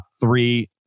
three